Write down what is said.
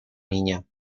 niña